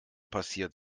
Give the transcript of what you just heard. passiert